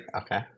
okay